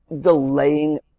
delaying